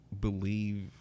believe